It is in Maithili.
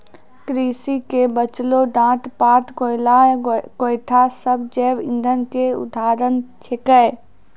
कृषि के बचलो डांट पात, कोयला, गोयठा सब जैव इंधन के उदाहरण छेकै